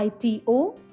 ITO